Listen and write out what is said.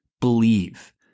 believe